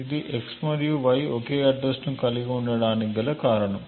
ఇది x మరియు y ఒకే అడ్రస్ ను కలిగి ఉండటానికి గల కారణం